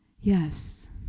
yes